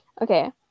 Okay